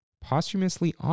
posthumously